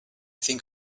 think